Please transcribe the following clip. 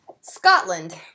Scotland